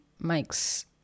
makes